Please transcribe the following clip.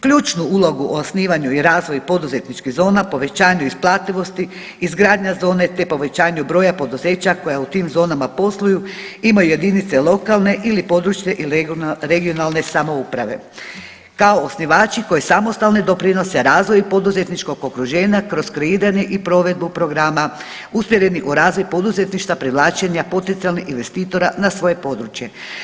Ključnu ulogu u osnivanju i razvoju poduzetničkih zona, povećanju isplativosti, izgradnja zone te povećanje broja poduzeća koja u tim zonama posluju imaju jedinice lokalne ili područne i regionalne samouprave kao osnivači koji samostalno doprinose razvoju poduzetničkog okruženja kroz kreiranje i provedbu programa usmjerenih u razvoj poduzetništva, privlačenja potencijalnih investitora na svoje područje.